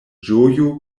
ĝojo